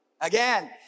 Again